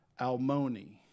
almoni